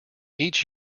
each